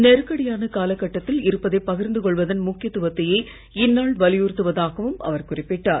நெருக்கடியான கால கட்டத்தில் இருப்பதைப் பகிர்ந்து கொள்வதன் முக்கியத்துவத்தையே இந்நாள் வலியுறுத்தவதாகவும் அவர் குறிப்பிட்டார்